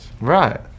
Right